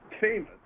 famous